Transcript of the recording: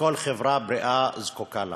שכל חברה בריאה זקוקה לה.